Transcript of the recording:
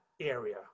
area